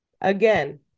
again